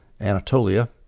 Anatolia